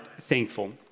thankful